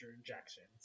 injections